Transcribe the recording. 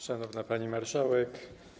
Szanowna Pani Marszałek!